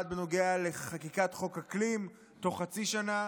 אחד בנוגע לחקיקת חוק אקלים בתוך חצי שנה,